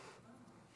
שהכול נהיה בדברו.